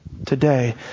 Today